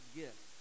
gift